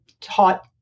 taught